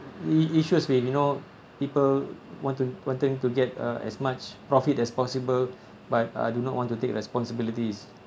the issue is with you know people want to wanting to get uh as much profit as possible but uh do not want to take responsibilities